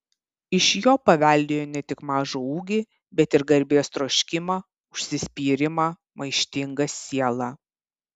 iš jo paveldėjo ne tik mažą ūgį bet ir garbės troškimą užsispyrimą maištingą sielą